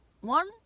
one